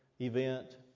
event